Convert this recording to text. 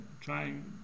trying